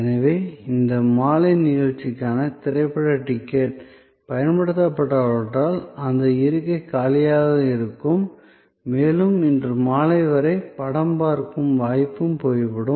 எனவே இந்த மாலை நிகழ்ச்சிக்கான திரைப்பட டிக்கெட் பயன்படுத்தப்படாவிட்டால் அந்த இருக்கை காலியாக இருக்கும் மேலும் இன்று மாலை வரை படம் பார்க்கும் வாய்ப்பு போய்விடும்